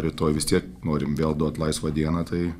rytoj vis tiek norim vėl duot laisvą dieną tai